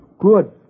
Good